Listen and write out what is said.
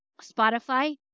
Spotify